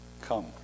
come